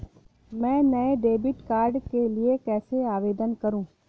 मैं नए debit card के लिए कैसे आवेदन करूं?